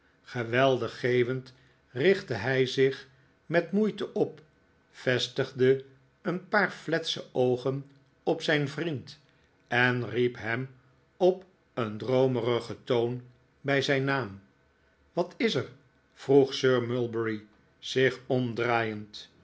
geweldig geeuwend richtte hij zich met moeite op vestigde een paar fletse oogen op zijn vriend en riep hem op een droomerigen toon bij zijn naam wat is er vroeg sir mulberry zich omdraaiend